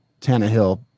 Tannehill